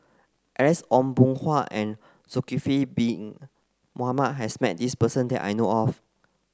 Alex Ong Boon Hau and Zulkifli Bin Mohamed has met this person that I know of